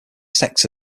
sect